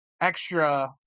extra –